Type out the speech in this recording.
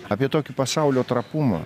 apie tokį pasaulio trapumą